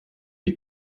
die